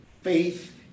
faith